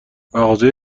مغازه